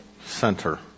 center